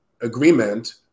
agreement